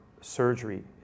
surgery